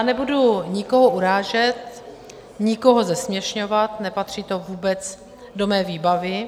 Nebudu nikoho urážet, nikoho zesměšňovat, nepatří to vůbec do mé výbavy.